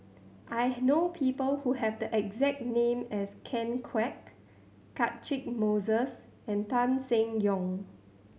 I know people who have the exact name as Ken Kwek Catchick Moses and Tan Seng Yong